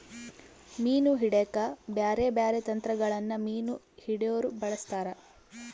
ಮೀನು ಹಿಡೆಕ ಬ್ಯಾರೆ ಬ್ಯಾರೆ ತಂತ್ರಗಳನ್ನ ಮೀನು ಹಿಡೊರು ಬಳಸ್ತಾರ